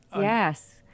yes